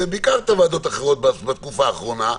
וביקרת בוועדות אחרות בתקופה האחרונה,